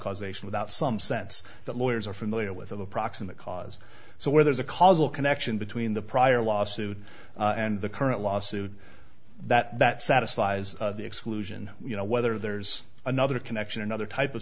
causation without some sense that lawyers are familiar with the proximate cause so where there's a causal connection between the prior lawsuit and the current lawsuit that satisfies the exclusion you know whether there's another connection another type of